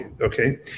okay